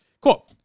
Cool